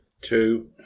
two